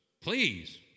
please